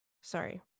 Sorry